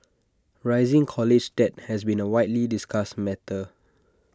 rising college debt has been A widely discussed matter